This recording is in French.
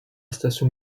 station